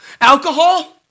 Alcohol